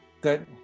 Good